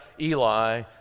Eli